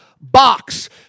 box